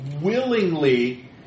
willingly